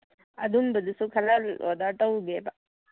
ꯑꯗꯨꯝꯕꯗꯨꯁꯨ ꯈꯔ ꯑꯣꯗꯔ ꯇꯧꯒꯦꯕ